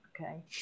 okay